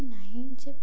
ନାହିଁ ଯେ